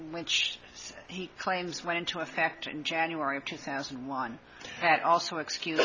which he claims went into effect in january of two thousand and one that also excuse